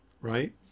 right